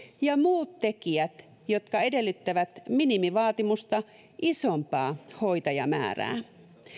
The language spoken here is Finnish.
ja muut tekijät jotka edellyttävät minimivaatimusta isompaa hoitajamäärää